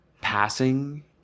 passing